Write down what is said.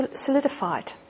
solidified